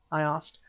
i asked.